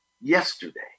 yesterday